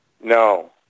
No